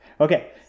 Okay